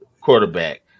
quarterback